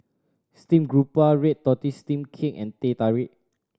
steamed garoupa red tortoise steamed cake and Teh Tarik